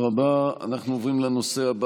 ברשות יושב-ראש הכנסת,